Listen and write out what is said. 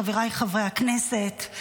חבריי חברי הכנסת,